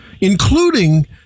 including